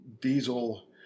Diesel